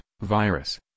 virus